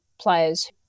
players